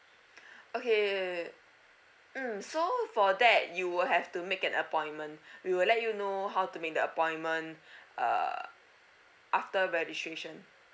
okay hmm so for that you will have to make an appointment we will let you know how to make the appointment err after registration